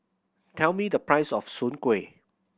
tell me the price of Soon Kueh